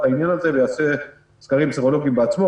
העניין הזה ויעשה סקרים סרולוגים בעצמו,